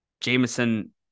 Jameson